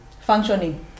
functioning